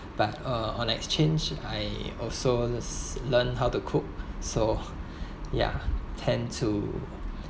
but uh on exchange I also learn how to cook so ya tend to